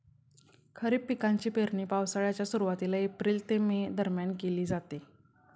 खरीप पिकांची पेरणी पावसाळ्याच्या सुरुवातीला एप्रिल ते मे दरम्यान केली जाते